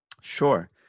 Sure